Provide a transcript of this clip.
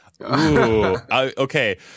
okay